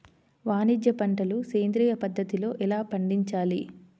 వాణిజ్య పంటలు సేంద్రియ పద్ధతిలో ఎలా పండించాలి?